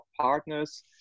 partners